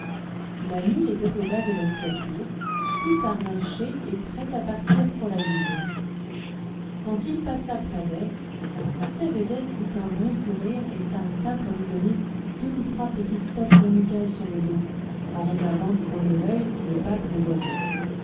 la mule était au bas de l'escalier toute harnachée et prête à partir pour la vigne quand il passa près d'elle tistet védène eut un bon sourire et s'arrêta pour lui donner deux ou trois petites tapes amicales sur le dos en regardant du coin de l'œil si le pape le voyait